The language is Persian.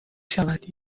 شود